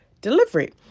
delivery